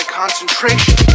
Concentration